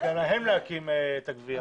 להקים את הגבייה.